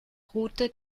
route